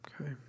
Okay